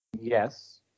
Yes